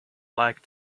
like